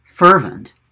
fervent